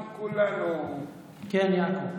כן, יעקב.